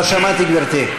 לא שמעתי, גברתי.